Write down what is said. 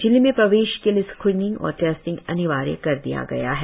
जिले में प्रवेश के लिए स्क्रिनिंग और टेस्टिंग अनिवार्य कर दिया गया है